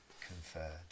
conferred